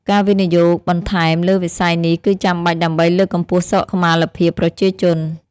ការវិនិយោគបន្ថែមលើវិស័យនេះគឺចាំបាច់ដើម្បីលើកកម្ពស់សុខុមាលភាពប្រជាជន។